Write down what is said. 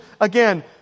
again